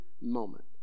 moment